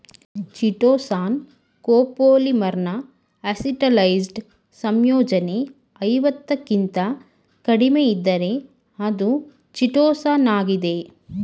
chitosan ಕೋಪೋಲಿಮರ್ನ acetylised ಸಂಯೋಜನೆ ಐವತ್ತಕ್ಕಿಂತ ಕಡಿಮೆಯಿದ್ದರೆ ಅದು ಚಿಟೋಸಾನಾಗಿದೆ